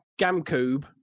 GamCube